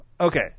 Okay